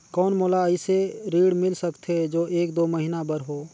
कौन मोला अइसे ऋण मिल सकथे जो एक दो महीना बर हो?